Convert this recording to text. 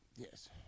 Yes